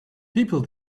people